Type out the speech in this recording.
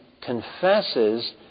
confesses